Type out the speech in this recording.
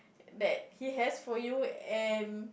that he has for you and